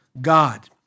God